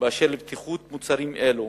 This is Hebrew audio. באשר לבטיחות מוצרים אלו,